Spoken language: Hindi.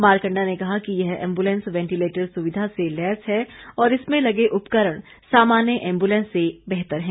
मारकंडा ने कहा कि यह एम्बुलेंस वेंटिलेटर सुविधा से लैस है और इसमें लगे उपकरण सामान्य एम्बुलेंस से बेहतर है